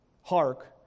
Hark